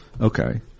Okay